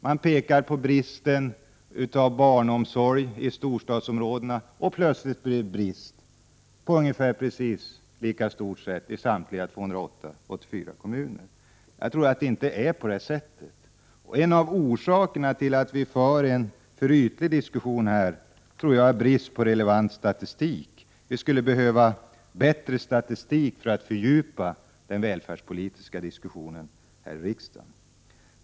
Man pekar på bristen på barnomsorg i storstadsområdena, och plötsligt blir det ungefär samma brist i samtliga 284 kommuner. Jag tror inte att det är på det sättet. En av orsakerna till att vi för en för ytlig diskussion tror jag är brist på Prot. 1988/89:121 relevant statistik. Vi skulle behöva bättre statistik för att fördjupa den 25 maj 1989 välfärdspolitiska diskussionen här i riksdagen.